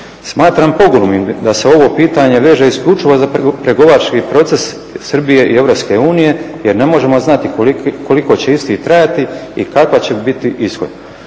Smatram pogubnim da se ovo pitanje veže isključivo za pregovarački proces Srbije i EU jer ne možemo znati koliko će isti trajati i kakav će biti ishod.